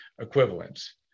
equivalents